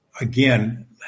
again